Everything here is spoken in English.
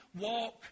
walk